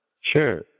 Sure